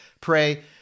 pray